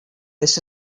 this